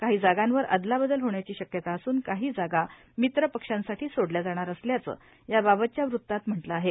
काही जागांवर अदलावदल होण्याची शक्यता असून काही जागा तर मित्रपक्षांसाठी सोडल्या जाणार असल्याचं या बाबतच्या वृत्तात म्हटलं आहे